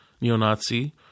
neo-Nazi